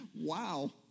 Wow